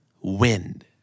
Wind